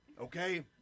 Okay